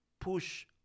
push